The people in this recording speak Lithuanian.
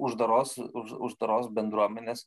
uždaros už uždaros bendruomenės